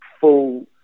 full